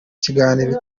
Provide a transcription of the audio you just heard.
kiganiro